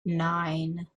nine